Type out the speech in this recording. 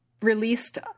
released